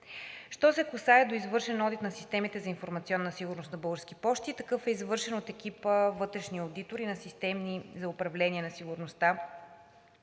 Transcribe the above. Що се отнася до извършен одит на системите за информационна сигурност на „Български пощи“, такъв е извършен от екип вътрешни одитори на системни управления на сигурността